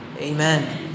Amen